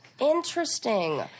Interesting